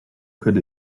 could